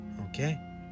okay